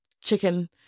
chicken